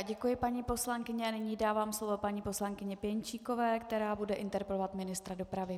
Děkuji paní, poslankyně, a nyní dávám slovo paní poslankyni Pěnčíkové, která bude interpelovat ministra dopravy.